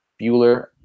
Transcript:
Bueller